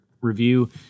review